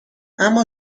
اما